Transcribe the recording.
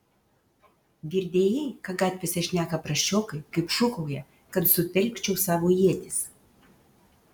girdėjai ką gatvėse šneka prasčiokai kaip šūkauja kad sutelkčiau savo ietis